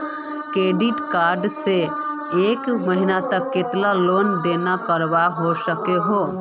Credit card से एक महीनात कतेरी लेन देन करवा सकोहो ही?